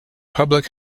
public